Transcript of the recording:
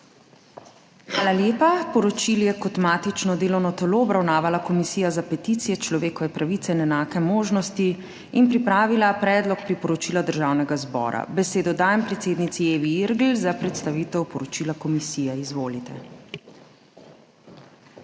Hvala lepa. Poročilo je kot matično delovno telo obravnavala Komisija za peticije, človekove pravice in enake možnosti in pripravila Predlog priporočila Državnega zbora. Besedo dajem predsednici Evi Irgl za predstavitev poročila komisije. Izvolite. **EVA IRGL